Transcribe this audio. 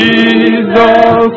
Jesus